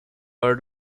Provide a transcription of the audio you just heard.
are